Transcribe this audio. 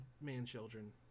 man-children